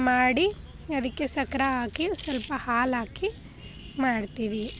ಮಾಡಿ ಅದಕ್ಕೆ ಸಕ್ರೆ ಹಾಕಿ ಸ್ವಲ್ಪ ಹಾಲು ಹಾಕಿ ಮಾಡ್ತೀವಿ